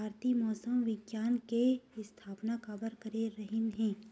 भारती मौसम विज्ञान के स्थापना काबर करे रहीन है?